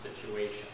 situation